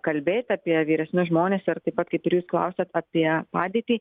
kalbėt apie vyresnius žmones ir taip pat kaip ir jūs klausiat apie padėtį